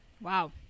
Wow